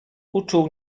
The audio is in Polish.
uczuł